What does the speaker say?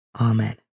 Amen